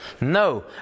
No